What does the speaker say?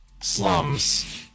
slums